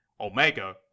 Omega